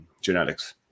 genetics